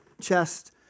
chest